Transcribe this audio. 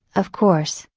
of course,